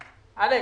המוכש"ר,